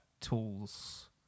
tools